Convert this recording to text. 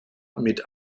mit